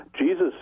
Jesus